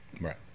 Right